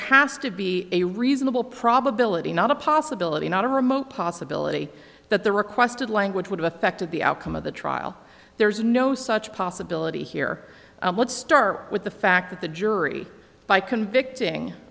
has to be a reasonable probability not a possibility not a remote possibility that the requested language would have affected the outcome of the trial there is no such possibility here let's start with the fact that the jury by convicting